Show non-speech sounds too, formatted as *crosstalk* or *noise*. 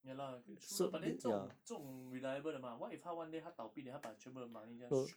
ya lah true lah but then 这种这种 reliable 的吗 what if 他 one day 他倒闭 then 他把全部的 money just *noise*